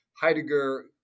Heidegger